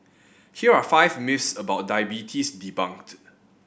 here are five myths about diabetes debunked